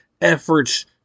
efforts